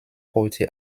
heute